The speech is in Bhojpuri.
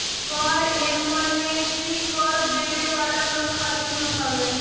कर एमनेस्टी कर देवे वाला लोग खातिर होत हवे